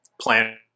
plan